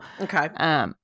okay